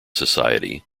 society